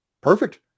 perfect